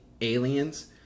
Aliens